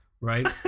right